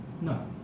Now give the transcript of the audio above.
No